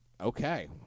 Okay